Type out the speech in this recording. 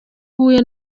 uhuye